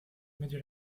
medio